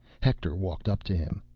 hector walked up to him.